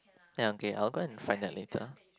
ya okay I'll go and find that later